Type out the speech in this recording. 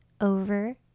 over